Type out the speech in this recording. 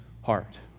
heart